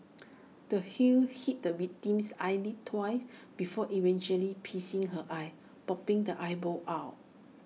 the heel hit the victim's eyelid twice before eventually piercing her eye popping the eyeball out